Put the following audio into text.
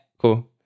cool